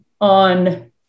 on